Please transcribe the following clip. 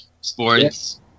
sports